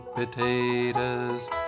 potatoes